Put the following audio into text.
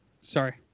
Sorry